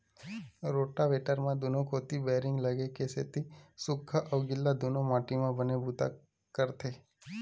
rotavator म दूनो कोती बैरिंग लगे के सेती सूख्खा अउ गिल्ला दूनो माटी म बने बूता करथे